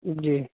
جی